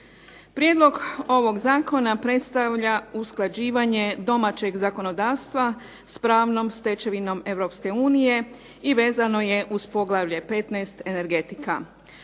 Prijedlog ovog zakona predstavlja usklađivanje domaćeg zakonodavstva s pravnom stečevinom EU i vezano je uz poglavlje 15. Energetika.